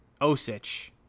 Osich